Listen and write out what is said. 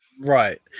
Right